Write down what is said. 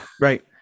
right